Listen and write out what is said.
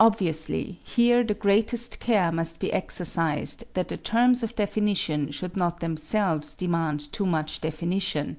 obviously, here the greatest care must be exercised that the terms of definition should not themselves demand too much definition